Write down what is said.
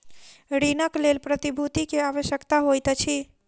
ऋणक लेल प्रतिभूति के आवश्यकता होइत अछि